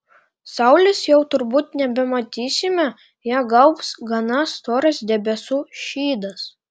saulės jau turbūt nebematysime ją gaubs gana storas debesų šydas